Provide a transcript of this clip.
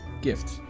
Gift